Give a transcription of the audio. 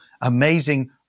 amazing